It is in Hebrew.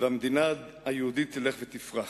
והמדינה היהודית תלך ותפרח.